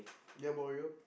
did I bore you